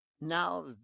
now